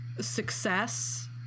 success